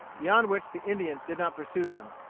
beyond which the indians did not pursue them.